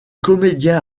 comédien